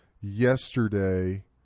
yesterday